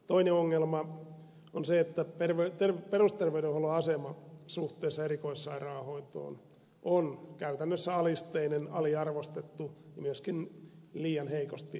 toinen ongelma on se että perusterveydenhuollon asema suhteessa erikoissairaanhoitoon on käytännössä alisteinen aliarvostettu ja myöskin liian heikosti resursoitu